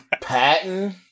Patton